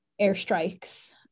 airstrikes